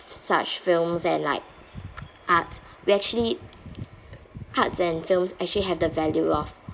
such films and like arts we actually arts and films actually have the value of